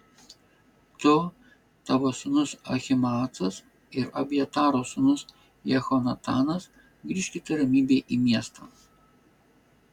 tu tavo sūnus ahimaacas ir abjataro sūnus jehonatanas grįžkite ramybėje į miestą